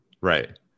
Right